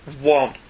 one